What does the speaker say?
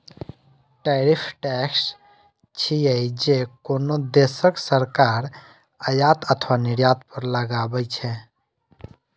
tariff tax छियै, जे कोनो देशक सरकार आयात अथवा निर्यात पर लगबै छै